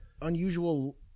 unusual